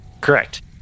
Correct